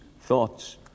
thoughts